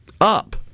up